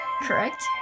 correct